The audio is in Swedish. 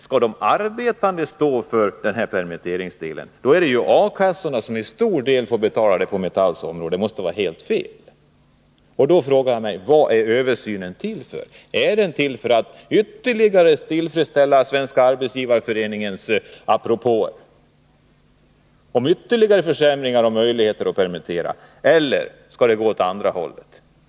Skall de arbetande stå för den här permitteringskostnaden, blir det ju A-kassorna som till stor del får svara för utgifterna när det gäller Metall. Och det måste vara felaktigt. Då frågar jag mig: Vad tjänar översynen för syfte? Är den till för att ytterligare tillfredsställa Svenska arbetsgivareföreningens propåer om ytterligare försämringar och möjligheter att permittera, eller skall det gå åt det andra hållet?